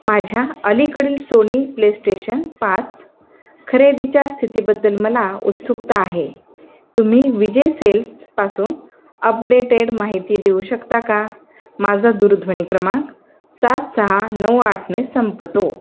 माझ्या अलीकडील Sony PlayStation पाच खरेदीच्या स्थितीबद्दल मला उत्सुकता आहे तुम्ही विजय सेल्सपासून अपडेटेड माहिती देऊ शकता का माझा दूरध्वनी क्रमांक सात सहा नऊ आठने संपतो